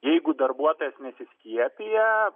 jeigu darbuotojas nesiskiepija